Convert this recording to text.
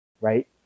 right